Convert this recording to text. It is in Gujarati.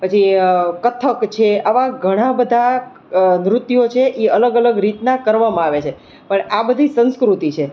પછી કથક છે આવા ઘણા બધા નૃત્યો છે એ અલગ અલગ રીતના કરવામાં આવે છે પણ આ બધી સંસ્કૃતિ છે